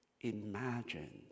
imagine